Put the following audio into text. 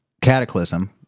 cataclysm